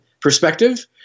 perspective